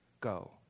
go